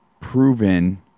proven